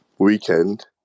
weekend